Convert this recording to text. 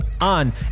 on